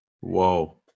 Whoa